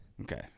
Okay